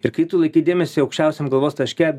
ir kai tu laikai dėmesį aukščiausiam galvos taške